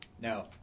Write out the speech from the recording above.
No